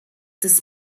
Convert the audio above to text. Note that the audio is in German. des